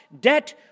debt